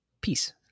Peace